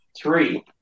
three